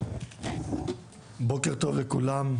בוקר טוב לכולם,